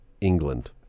England